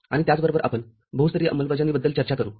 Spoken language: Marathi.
आणित्याचबरोबरआपण बहुस्तरीय अंमलबजावणीबद्दल चर्चा करू